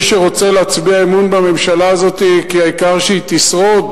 מי שרוצה להצביע אמון בממשלה הזו כי העיקר שהיא תשרוד,